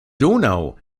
donau